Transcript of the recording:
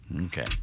Okay